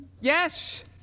Yes